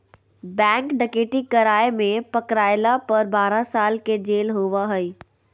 bank डकैती कराय में पकरायला पर बारह साल के जेल होबा हइ